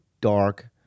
dark